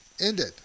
ended